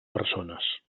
persones